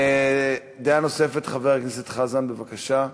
דעה נוספת, חבר הכנסת חזן, בבקשה.